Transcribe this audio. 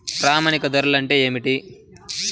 ప్రామాణిక ధరలు అంటే ఏమిటీ?